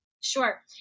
Sure